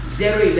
zero